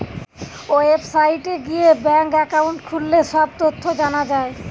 ওয়েবসাইটে গিয়ে bank account খুললে সব তথ্য জানা যায়